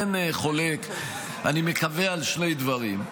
אין חולק, אני מקווה, על שני דברים: